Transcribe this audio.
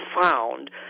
found